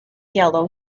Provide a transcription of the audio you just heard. yellow